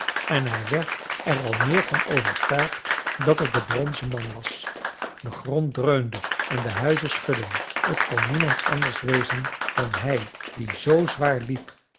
en hij werd er al meer van overtuigd dat het de bronzen man was de grond dreunde en de huizen schudden t kon niemand anders wezen dan hij die z zwaar liep